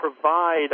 provide